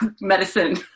medicine